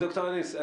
ד"ר אניס,